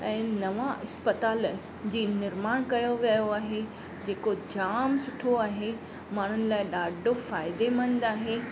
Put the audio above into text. ऐं नवां अस्पताल जी निर्माण कयो वियो आहे जेको जाम सुठो आहे माण्हुनि लाइ ॾाढो फ़ाइदेमंदि आहे